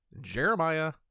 jeremiah